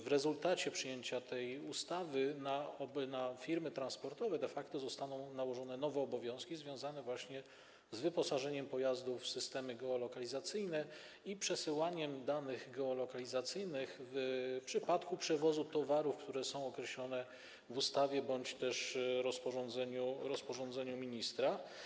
W rezultacie przyjęcia tej ustawy na firmy transportowe de facto zostaną nałożone nowe obowiązki związane właśnie z wyposażeniem pojazdów w systemy geolokalizacyjne i przesyłaniem danych geolokalizacyjnych w przypadku przewozu towarów, które są określone w ustawie bądź też rozporządzeniu ministra.